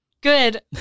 good